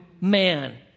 man